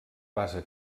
base